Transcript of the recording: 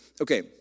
Okay